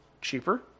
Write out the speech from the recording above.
cheaper